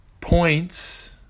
points